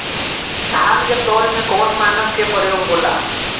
धान के तौल में कवन मानक के प्रयोग हो ला?